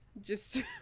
Just-